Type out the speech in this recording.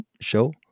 show